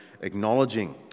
acknowledging